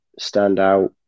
Standout